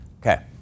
Okay